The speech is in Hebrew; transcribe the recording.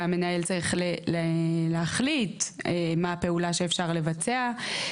והמנהל צריך להחליט מה הפעולה שאפשר לבצע.